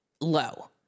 low